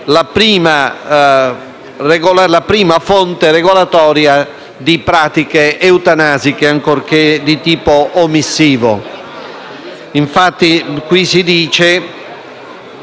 la prima fonte regolatoria di pratiche eutanasiche, ancorché di tipo omissivo. Infatti,